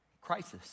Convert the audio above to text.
crisis